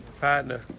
Partner